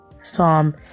Psalm